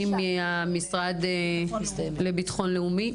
היא מהמשרד לביטחון לאומי.